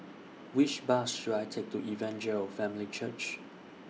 Which Bus should I Take to Evangel Family Church